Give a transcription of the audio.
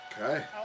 Okay